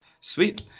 sweet